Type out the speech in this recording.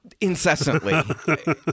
incessantly